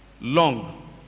long